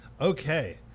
Okay